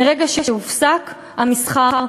מרגע שהופסק המסחר,